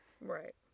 Right